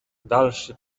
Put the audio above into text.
dalszy